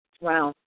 Wow